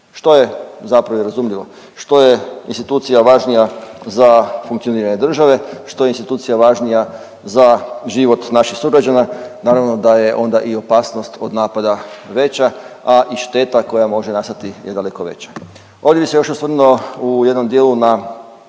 što je zapravo i razumljivo. Što je institucija važnija za funkcioniranje države, što je institucija važnija za život naših sugrađana, naravno da je onda i opasnost od napada veća, a i šteta koja može nastati je daleko veća. Ovdje bi se još osvrnuo u jednom dijelu na